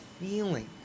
feeling